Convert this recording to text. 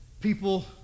People